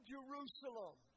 Jerusalem